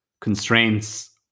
constraints